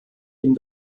ihm